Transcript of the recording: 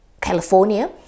california